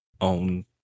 own